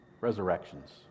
resurrections